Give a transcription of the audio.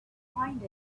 find